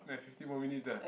like fifteen more minutes ah